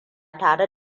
tare